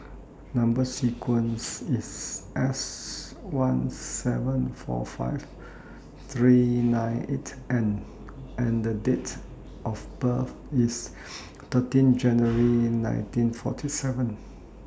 Number sequence IS S one seven four five three nine eight N and Date of birth IS thirteen January nineteen forty seven